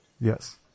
Yes